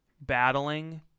battling